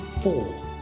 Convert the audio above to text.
four